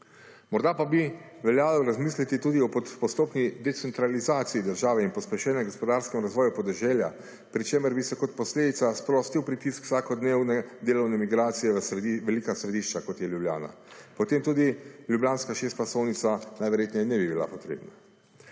Morda pa bi veljalo razmisliti tudi o postopni decentralizaciji države in pospešenem gospodarskem razvoju podeželja, pri čemer bi se kot posledica sprostil pritisk vsakodnevne delavne migracije v velika središča kot je Ljubljana. Potem tudi ljubljanska šestpasovnica najverjetneje ne bi bila potrebna.